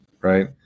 Right